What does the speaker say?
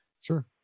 Sure